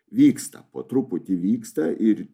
vyksta po truputį vyksta ir